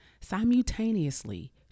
simultaneously